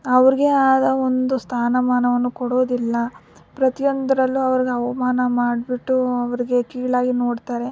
ಅವ್ರಿಗೇ ಆದ ಒಂದು ಸ್ಥಾನಮಾನವನ್ನು ಕೊಡೋದಿಲ್ಲ ಪ್ರತಿಯೊಂದರಲ್ಲೂ ಅವ್ರನ್ನ ಅವಮಾನ ಮಾಡಿಬಿಟ್ಟು ಅವ್ರಿಗೆ ಕೀಳಾಗಿ ನೋಡ್ತಾರೆ